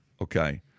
Okay